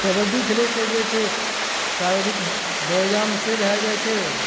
कबड्डी खेलैए छै से जे शारीरिक व्यायाम से भए जाइत छै